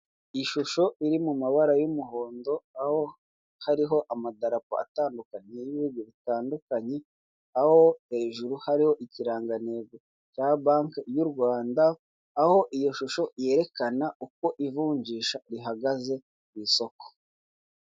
Ishusho iri mumabara y'umuhondo, aho hariho amadarapo atandukanye y'ibihugu bitandukanye, aho hejuru hariho ikiranganteko cya banki y'Urwanda, aho iyo shusho yerekana uko ivunjisha rihagaze ku isoko.